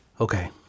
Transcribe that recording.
Okay